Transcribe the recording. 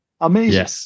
Amazing